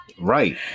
Right